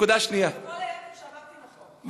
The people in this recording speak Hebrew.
נקודה שנייה, אבל כל היתר שאמרתי נכון.